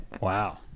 Wow